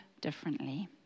differently